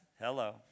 hello